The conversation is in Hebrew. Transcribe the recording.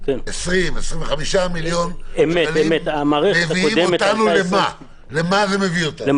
20-25 מיליון למה זה מביא אותנו?